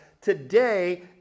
today